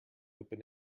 open